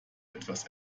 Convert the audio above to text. etwas